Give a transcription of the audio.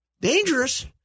dangerous